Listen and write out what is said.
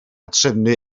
trefnu